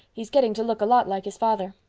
he's getting to look a lot like his father.